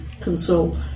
console